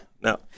No